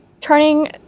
turning